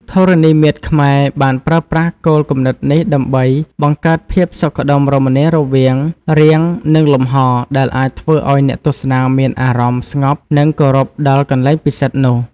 ធរណីមាត្រខ្មែរបានប្រើប្រាស់គោលគំនិតនេះដើម្បីបង្កើតភាពសុខដុមរមនារវាងរាងនិងលំហដែលអាចធ្វើឲ្យអ្នកទស្សនាមានអារម្មណ៍ស្ងប់និងគោរពដល់កន្លែងពិសិដ្ឋនោះ។